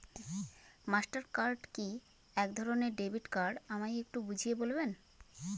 Master card কি একধরণের debit card আমায় একটু বুঝিয়ে বলবেন?